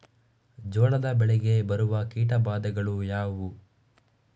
ಜೋಳದ ಬೆಳೆಗೆ ಬರುವ ಕೀಟಬಾಧೆಗಳು ಯಾವುವು?